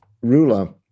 ruler